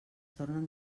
tornen